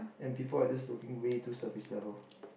and people are just looking way to surface level